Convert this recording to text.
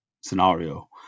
scenario